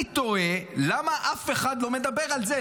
אני תוהה למה אף אחד לא מדבר על זה?